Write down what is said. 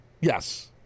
Yes